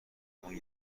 اون